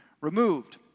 removed